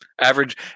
average